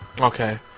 okay